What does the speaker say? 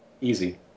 Easy